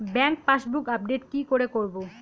Bank passbook update কি করে করবো?